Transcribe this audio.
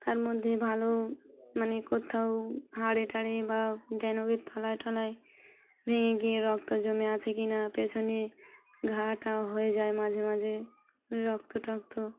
তার মধ্যে ভালো মানে কোথাও হাড়ে টাড়ে বা তলায় টলায় ভেঙে গিয়ে রক্ত জমে আছে কি না পেছনে ঘা টা হয়ে যায় মাঝেমাঝে রক্ত টক্ত